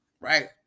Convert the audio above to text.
right